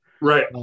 right